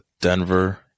Denver